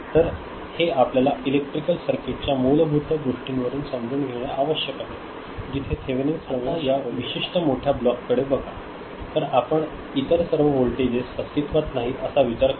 तर हे आपल्याला इलेक्ट्रिकल सर्किटच्या मूलभूत गोष्टींवरून समजून घेणे आवश्यक आहे जिथे थेवेनिनचे प्रमेय शिकवले आहे आता या विशिष्ट मोठ्या ब्लॉक कडे बघा तर आपण इतर सर्व व्होल्टेजेस अस्तित्त्वात नाही असा विचार करता